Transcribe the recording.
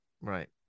Right